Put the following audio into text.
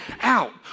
out